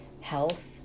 health